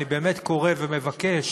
אני באמת קורא ומבקש